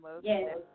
Yes